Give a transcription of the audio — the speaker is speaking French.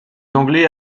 anglais